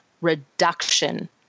reduction